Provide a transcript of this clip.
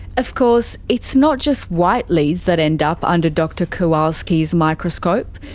of course. it's not just whiteleys that end up under dr. kowalski's microscope.